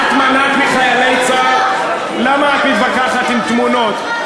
את מנעת מחיילי צה"ל, למה את מתווכחת עם תמונות?